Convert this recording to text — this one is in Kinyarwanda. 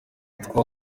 afatwa